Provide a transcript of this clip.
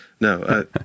No